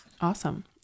Awesome